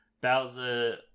bowser